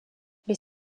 mais